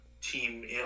team